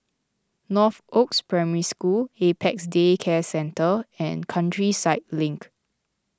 Northoaks Primary School Apex Day Care Centre and Countryside Link